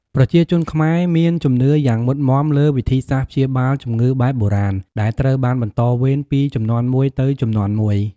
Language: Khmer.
ប្រជាជនខ្មែរមានជំនឿយ៉ាងមុតមាំលើវិធីសាស្ត្រព្យាបាលជំងឺបែបបុរាណ ដែលត្រូវបានបន្តវេនពីជំនាន់មួយទៅជំនាន់មួយ។